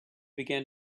began